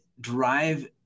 drive